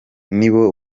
nibo